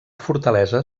fortalesa